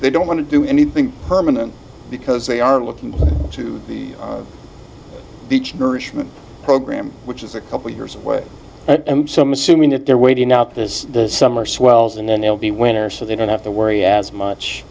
they don't want to do anything permanent because they are looking to the beach nourishment program which is a couple of years away so i'm assuming that they're waiting out this summer swells and then they'll be winter so they don't have to worry as much